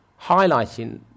highlighting